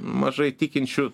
mažai tikinčių